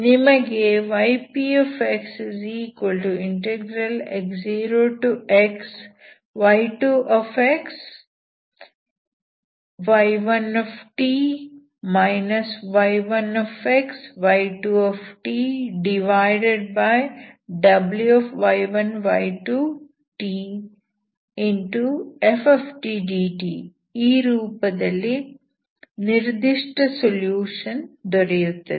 ನಿಮಗೆ ypxx0xy2xy1t y1xy2tWy1y2tfdt ಈ ರೂಪದಲ್ಲಿ ನಿರ್ದಿಷ್ಟ ಸೊಲ್ಯೂಷನ್ ದೊರೆಯುತ್ತದೆ